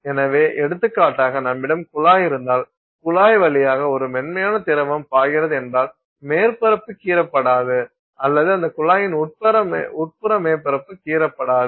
எனவே எடுத்துக்காட்டாக நம்மிடம்குழாய் இருந்தால் குழாய் வழியாக ஒரு மென்மையான திரவம் பாய்கிறது என்றால் மேற்பரப்பு கீறப்படாது அல்லது அந்தக் குழாயின் உட்புற மேற்பரப்பு கீறப்படாது